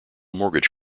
mortgage